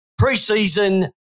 preseason